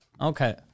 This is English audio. Okay